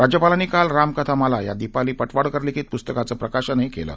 राज्यपालांनी काल रामकथामाला या दिपाली पटवाडकर लिखित पुस्तकांचं प्रकाशनही राजभवनात केलं